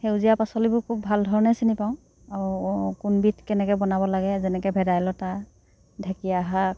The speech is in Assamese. সেউজীয়া পাচলিবোৰ খুব ভাল ধৰণে চিনি পাওঁ আৰু কোনবিধ কেনেকৈ বনাব লাগে যেনেকৈ ভেদাইলতা ঢেকীয়া শাক